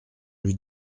lui